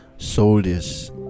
Soldiers